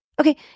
Okay